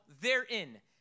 therein